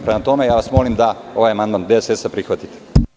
Prema tome, molim vas da ovaj amandman DSS prihvatite.